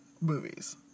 movies